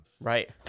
Right